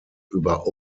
über